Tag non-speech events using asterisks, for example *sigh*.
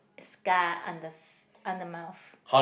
scar on the *noise* on the mouth